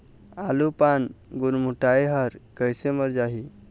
आलू पान गुरमुटाए हर कइसे मर जाही?